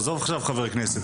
עזוב חבר כנסת,